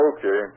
Okay